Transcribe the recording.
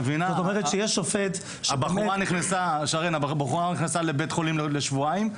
הבחורה נכנסה לבית חולים לשבועיים,